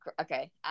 Okay